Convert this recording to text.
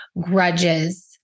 grudges